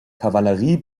kavallerie